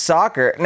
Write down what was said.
Soccer